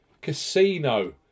casino